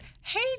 Hey